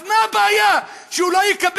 אז מה הבעיה, שהוא לא יקבל?